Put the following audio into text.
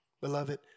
Beloved